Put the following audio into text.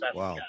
wow